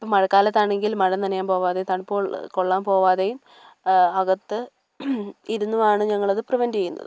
ഇപ്പോൾ മഴക്കാലത്താണെങ്കിൽ മഴ നനയാൻ പോവാതെ തണുപ്പ് കൊൾ കൊള്ളാൻ പോവാതെയും അകത്ത് ഇരുന്നുമാണ് ഞങ്ങളത് പ്രിവെൻറ് ചെയ്യുന്നത്